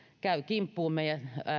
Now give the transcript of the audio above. käy kimppuumme ja